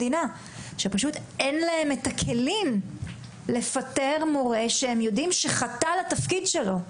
פשוט אין את הכלים לפטר מורה שהם יודעים שחטא לתפקיד שלו.